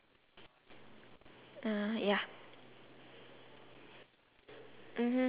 wait ah just beside the news you have this uh brown colour brick right